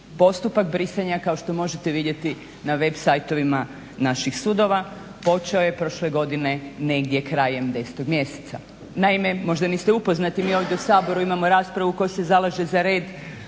Postupak brisanja kao što možete vidjeti na web siteovima naših sudova počeo je prošle godine negdje krajem 10. mjeseca. Naime, možda niste upoznati mi ovdje u Saboru imamo raspravu koja se zalaže za red,